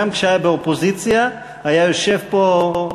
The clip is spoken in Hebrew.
גם כשהיה באופוזיציה היה יושב פה.